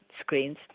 screens